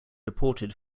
deported